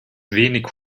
wenig